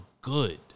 good